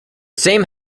same